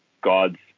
Gods